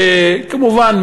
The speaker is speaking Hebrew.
שכמובן,